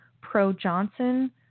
pro-Johnson